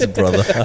brother